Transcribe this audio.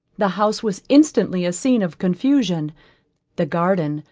the house was instantly a scene of confusion the garden,